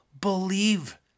believe